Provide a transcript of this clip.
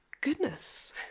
goodness